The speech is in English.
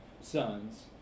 sons